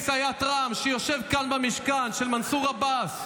מסיעת רע"מ,